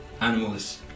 animals